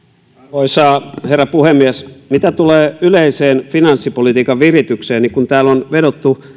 arvoisa herra puhemies mitä tulee yleiseen finanssipolitiikan viritykseen ja kun täällä on vedottu